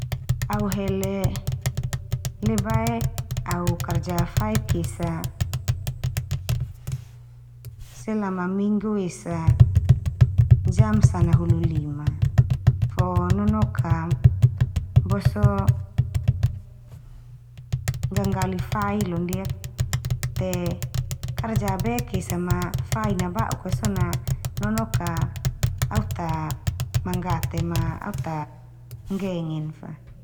Au hele lebae au karja faik esa selama minggu esa jam sanahulu lima, fo nonok ka boso ngganggali fai londiak. Te karja bek esa ma fain na ba'uk ka so na, nonok ka au ta manggate ma au ta nggengen fa.